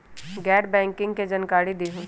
गैर बैंकिंग के जानकारी दिहूँ?